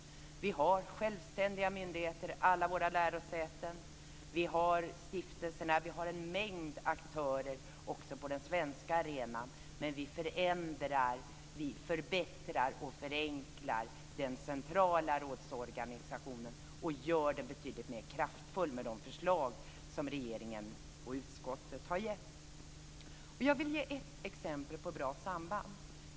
Vi har självständiga myndigheter, med alla våra lärosäten och stiftelser. Det finns en mängd aktörer också på den svenska arenan. Men vi förändrar, förbättrar och förenklar den centrala rådsorganisationen och gör den betydligt mer kraftfull med de förslag som regeringen och utskottet har gett. Jag vill ge ett exempel på bra samband.